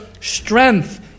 strength